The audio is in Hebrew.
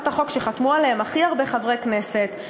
החוק שחתמו עליהן הכי הרבה חברי כנסת,